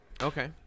okay